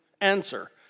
Answer